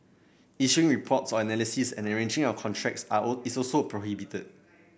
issuing reports or analysis and arranging or contracts is also prohibited